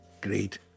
great